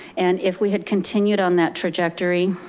and if we had continued on that trajectory,